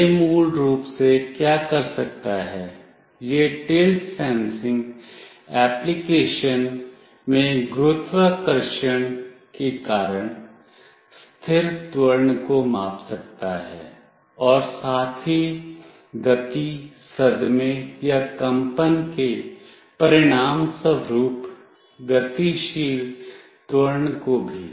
यह मूल रूप से क्या कर सकता है यह टिल्ट सेंसिंग एप्लीकेशन में गुरुत्वाकर्षण के कारण स्थिर त्वरण को माप सकता है और साथ ही गति सदमे या कंपन के परिणामस्वरूप गतिशील त्वरण को भी